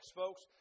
folks